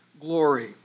glory